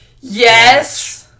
Yes